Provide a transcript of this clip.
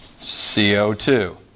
CO2